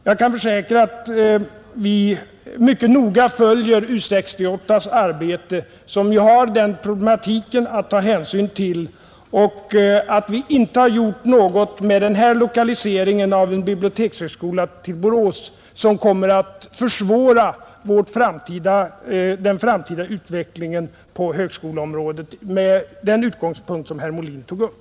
Jag kan försäkra att vi mycket noga följer U 68:s arbete, som ju har den problematiken att ta hänsyn till, och att vi med den här lokaliseringen av en bibliotekshögskola till Borås inte har gjort någonting som kommer att försvåra den framtida utvecklingen på högskoleområdet, med den utgångspunkt som herr Molin tog upp.